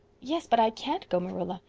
yes, but i can't go, marilla.